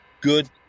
good